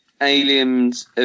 aliens